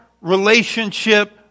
relationship